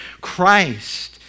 Christ